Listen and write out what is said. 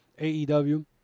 aew